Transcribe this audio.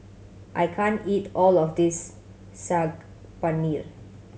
I can't eat all of this Saag Paneer